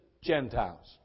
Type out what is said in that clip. Gentiles